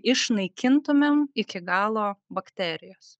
išnaikintumėm iki galo bakterijas